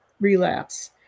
relapse